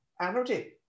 energy